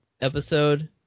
episode